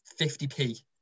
50p